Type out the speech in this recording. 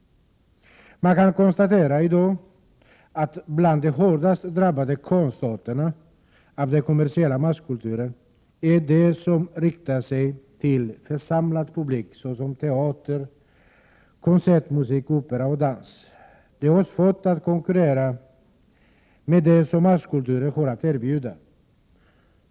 Man kan i dag konstatera att bland de av den kommersiella masskulturen hårdast drabbade konstarterna finns sådana som riktar sig till församlad publik, såsom teater, konsertmusik, opera och dans. De har svårt att konkurrera med det som masskulturen har att erbjuda.